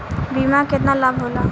बीमा के केतना लाभ होला?